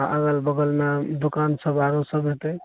आ अगल बगलमे दोकान सब आरो सब होयतै